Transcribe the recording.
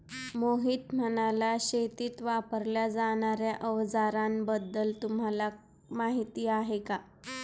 मोहित म्हणाला, शेतीत वापरल्या जाणार्या अवजारांबद्दल तुम्हाला माहिती आहे का?